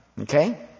Okay